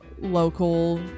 local